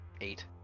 eight